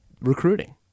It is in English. recruiting